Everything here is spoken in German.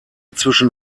zwischen